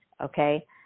okay